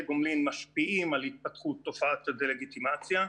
גומלין משפיעים על התפתחות תופעת הדה-לגיטימציה,